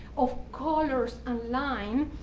of colors and lines.